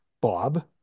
Bob